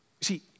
See